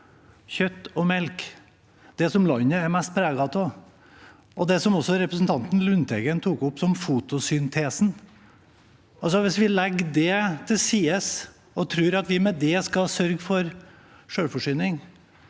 Kjøtt og melk – det som landet er mest preget av. Det gjelder også det representanten Lundteigen tok opp om fotosyntesen. Hvis vi legger det til sides og tror at vi med det skal sørge for selvforsyning,